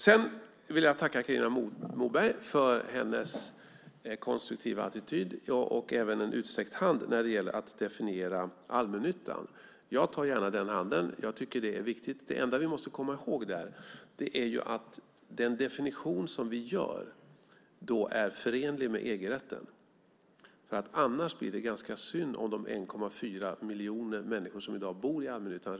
Jag vill tacka Carina Moberg för hennes konstruktiva attityd och även för den utsträckta handen när det gäller att definiera allmännyttan. Jag tar gärna den handen. Jag tycker att det är viktigt. Det enda vi måste komma ihåg är att den definition som vi gör är förenlig med EG-rätten, annars blir det ganska synd om de 1,4 miljoner människor som i dag bor i allmännyttan.